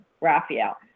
Raphael